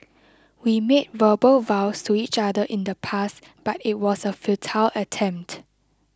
we made verbal vows to each other in the past but it was a futile attempt